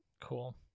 Cool